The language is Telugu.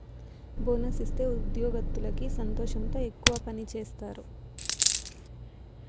బోనస్ ఇత్తే ఉద్యోగత్తులకి సంతోషంతో ఎక్కువ పని సేత్తారు